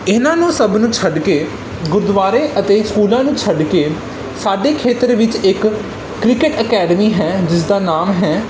ਇਹਨਾਂ ਨੂੰ ਸਭ ਨੂੰ ਛੱਡ ਕੇ ਗੁਰਦੁਆਰੇ ਅਤੇ ਸਕੂਲਾਂ ਨੂੰ ਛੱਡ ਕੇ ਸਾਡੇ ਖੇਤਰ ਵਿੱਚ ਇੱਕ ਕ੍ਰਿਕੇਟ ਅਕੈਡਮੀ ਹੈ ਜਿਸਦਾ ਨਾਮ ਹੈ